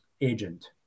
agent